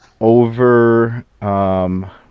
over